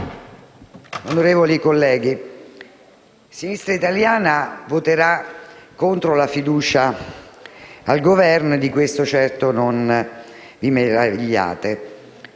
onorevoli colleghi, Sinistra Italiana voterà contro la fiducia al Governo e di questo certo non vi meravigliate.